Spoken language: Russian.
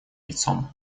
лицом